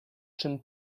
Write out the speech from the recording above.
czym